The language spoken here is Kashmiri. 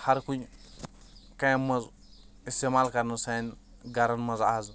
ہَر کُنہِ کامہِ منٛز اِستعمال کَرنہٕ سانٮ۪ن گَرَن منٛز آز